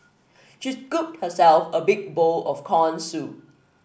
she scooped herself a big bowl of corn soup